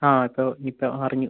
ആ ഇപ്പം നിപ്പ അറിഞ്ഞു